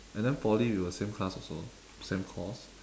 and then poly we were same class also same course